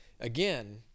again